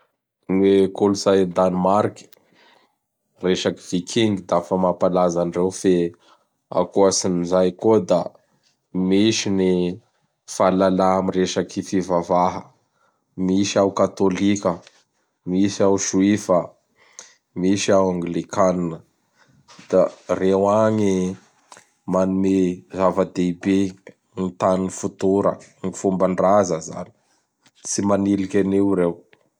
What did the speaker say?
Gn kolotsay Danemark, resaky Viking dafa mampalaza andreo fe akoatsin'izay koa da misy gny fahalala am resaky fivavaha. Misy ao Katôlika, misy ao Joifa, misy ao Anglikanina. Da reo agny manome zava-dehibe gny tany fotora, gn fomban-draza zany. Tsy maniliky anio reo.